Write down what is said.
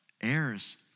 heirs